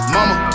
Mama